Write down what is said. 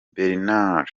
bernard